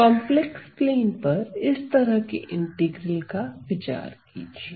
complex plane पर इस तरह के इंटीग्रल का विचार कीजिए